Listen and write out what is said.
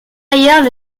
ailleurs